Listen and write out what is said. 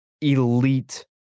elite